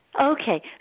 Okay